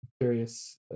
curious